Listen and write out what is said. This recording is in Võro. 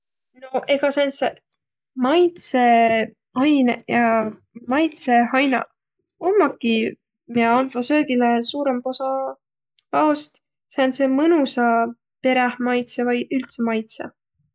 No egaq sääntseq maitsõainõq ja maitsõhainaq ommaki, miä andvaq söögile suurõmba osa aost sääntse mõnusa perähmaitsõ vai üldse maitsõ.